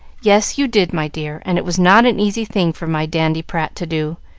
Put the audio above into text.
yes, you did, my dear and it was not an easy thing for my dandiprat to do.